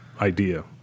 idea